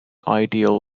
ideal